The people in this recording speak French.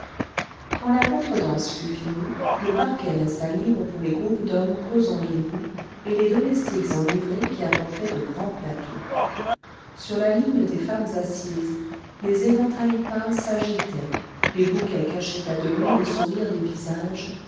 quand la contredanse fut finie le parquet resta libre pour les groupes d'hommes causant debout et les domestiques en livrée qui apportaient de grands plateaux sur la ligne des femmes assises les éventails peints s'agitaient les bouquets cachaient à demi le sourire des visages